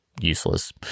useless